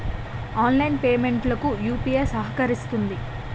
online payment లకు UPI సహకరిస్తుంది